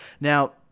Now